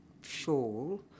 shawl